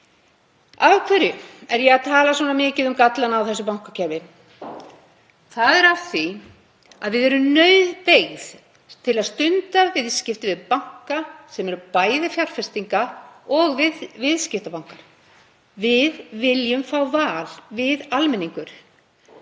Af hverju er ég að tala svona mikið um gallana á þessu bankakerfi? Það er af því að við erum nauðbeygð til að stunda viðskipti við banka sem eru bæði fjárfestingarbankar og viðskiptabankar. Við almenningur viljum fá val. Við almenningur